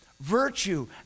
virtue